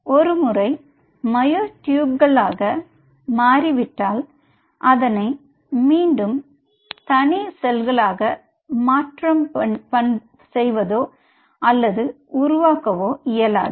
ஒருமுறை மையோ டியூப்களாக மாறிவிட்டால் அதனை மீண்டும் தனி செல்களாக மாற்றம் அல்லது உருவாக்க இயலாது